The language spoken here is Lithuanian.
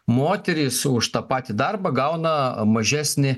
moterys už tą patį darbą gauna mažesnį